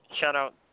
Shout-out